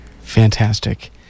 Fantastic